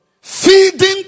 Feeding